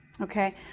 Okay